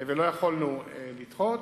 ולא יכולנו לדחות.